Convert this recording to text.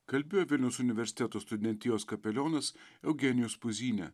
kalbėjo vilniaus universiteto studentijos kapelionas eugenijus puzynė